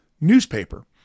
newspaper